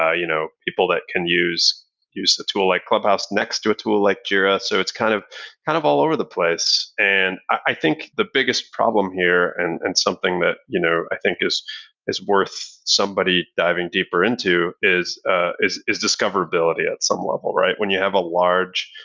you know people that can use use a tool like clubhouse next to a tool like jira. so it's kind of kind of all over the place. and i think the biggest problem here and and something that you know i think is is worth somebody diving deeper into is ah is discoverability at some level, right? when you have a large,